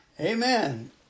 Amen